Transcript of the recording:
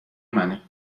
منه